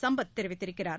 சம்பத் தெரிவித்திருக்கிறார்